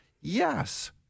Yes